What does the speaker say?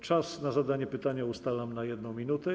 Czas na zadanie pytania ustalam na 1 minutę.